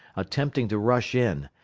attempting to rush in,